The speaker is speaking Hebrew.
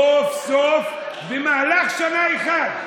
סוף-סוף, במהלך שנה אחת,